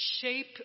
shape